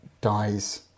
dies